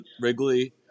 Wrigley